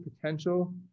potential